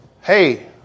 hey